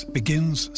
begins